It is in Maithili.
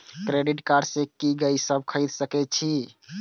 क्रेडिट कार्ड से की सब खरीद सकें छी?